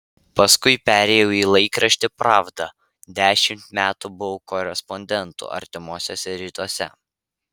paskui perėjau į laikraštį pravda dešimt metų buvau korespondentu artimuosiuose rytuose